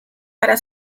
para